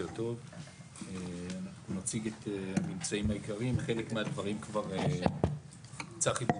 צחי בובליל,